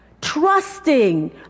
trusting